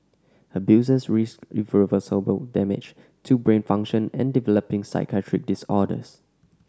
abusers risked irreversible damage to brain function and developing psychiatric disorders